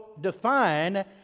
define